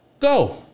Go